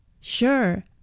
Sure